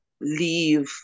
leave